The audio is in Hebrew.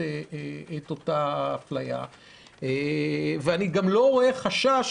את אותה אפליה ואני גם לא רואה חשש,